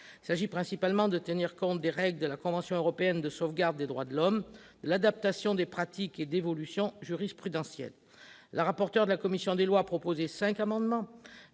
Il s'agit principalement de tenir compte des règles de la convention européenne de sauvegarde des droits de l'homme et des libertés fondamentales, de l'adaptation des pratiques et d'évolutions jurisprudentielles. La rapporteur de la commission des lois a proposé cinq amendements